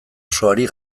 osoari